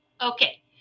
Okay